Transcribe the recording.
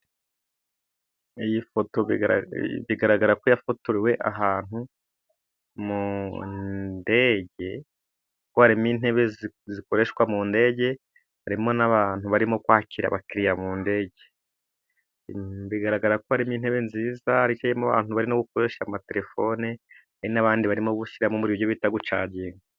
Iyi foto bigaragara ko yafotorewe ahantu mu ndege, kuko harimo intebe zikoreshwa mu ndege, harimo n'abantu barimo kwakira abakiriya mu ndege, bigaragara ko harimo intebe nziza zicayemo abantu, barimo gukoresha amatelefone, n'abandi barimo gushyiramo umuriro aribyo bita gucaginga.